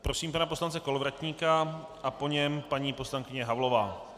Prosím pana poslance Kolovratníka a po něm paní poslankyně Havlová.